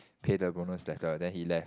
pay the bonus letter then he left